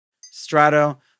strato